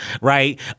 right